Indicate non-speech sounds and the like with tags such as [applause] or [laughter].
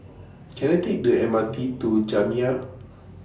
[noise] Can I Take The M R T to Jamiyah